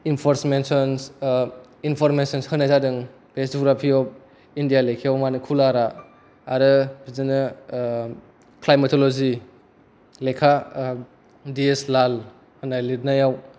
इनपरमेसनस होनाय जादों बे जुग्राफि अफ इण्डिया लेखायाव मानि खुलारा आरो बिदिनो क्लाइमेट'लजि लेखा दियेसलाल होनाय लिरनायाव